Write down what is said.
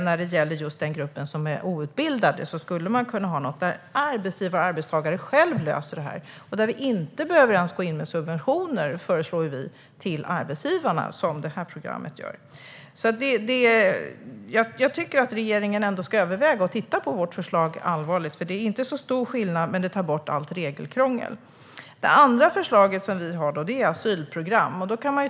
När det gäller den outbildade gruppen skulle arbetsgivare och arbetstagare kunna lösa detta själva. Vi föreslår att man inte ens behöver gå in med subventioner till arbetsgivarna, vilket görs i regeringens program. Jag tycker att regeringen ska titta på vårt förslag och allvarligt överväga det. Det är inte så stor skillnad, men det tar bort allt regelkrångel. Vårt andra förslag är asylprogrammet.